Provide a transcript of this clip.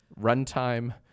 Runtime